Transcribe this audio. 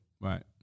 Right